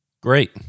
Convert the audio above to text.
Great